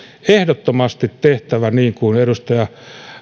ehdottomasti tehtävä niin kuin edustaja